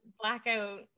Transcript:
blackout